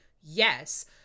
Yes